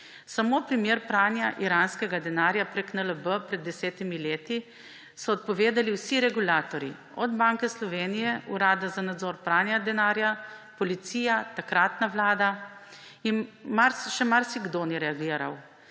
Samo v primeru pranja iranskega denarja preko NLB pred desetimi leti so odpovedali vsi regulatorji, od Banke Slovenije, Urada za nadzor pranja denarja, Policije, takratne vlada, in še marsikdo ni reagiral.